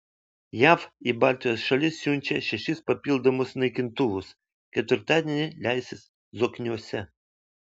jav į baltijos šalis siunčia šešis papildomus naikintuvus ketvirtadienį leisis zokniuose